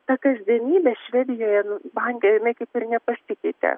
ta kasdienybė švedijoje nu banke jinai kaip ir nepasikeitė